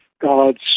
God's